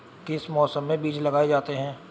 किस मौसम में बीज लगाए जाते हैं?